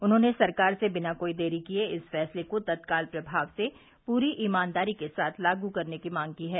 उन्होंने सरकार से बिना कोई देरी किये इस फैसले को तत्काल प्रभाव से पूरी ईमानदारी के साथ लागू करने की मांग की है